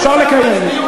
אפשר לקיים.